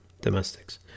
domestics